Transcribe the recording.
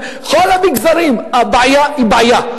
בכל המגזרים הבעיה היא בעיה.